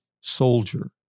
soldier